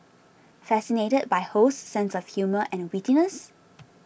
fascinated by Ho's sense of humour and wittiness